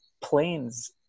planes